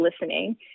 listening